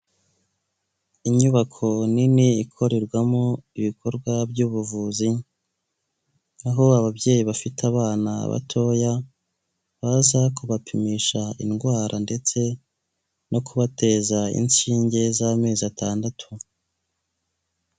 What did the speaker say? Inyubako nini ikorerwamo ibikorwa by'ubuvuzi, aho ababyeyi bafite abana batoya baza kubapimisha indwara, ndetse no kubateza inshinge z'amezi atandatu.